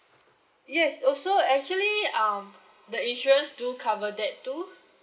yes also actually um the insurance do cover that too